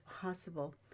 possible